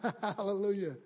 Hallelujah